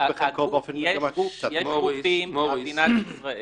--- יש גופים במדינת ישראל